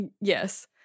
Yes